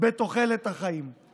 בתוחלת החיים.